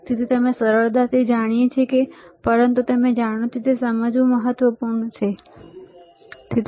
તેથી અમે સરળતાથી જાણીએ છીએ પરંતુ તમે પણ જાણો છો કે તે સમજવું મહત્વપૂર્ણ છે બરાબર